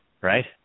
right